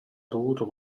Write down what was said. dovuto